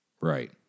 Right